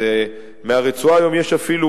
אז מהרצועה היום יש אפילו,